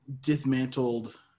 dismantled